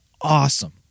Awesome